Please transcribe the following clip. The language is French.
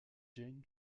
jane